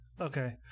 okay